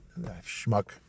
schmuck